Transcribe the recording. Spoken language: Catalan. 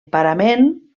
parament